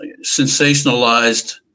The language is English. sensationalized